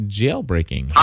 jailbreaking